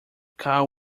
cow